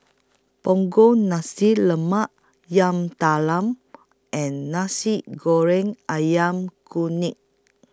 Punggol Nasi Lemak Yam Talam and Nasi Goreng Ayam Kunyit